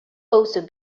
also